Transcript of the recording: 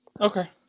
Okay